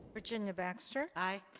virginia baxter? aye.